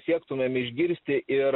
siektumėm išgirsti ir